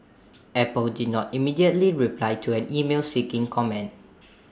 Apple did not immediately reply to an email seeking comment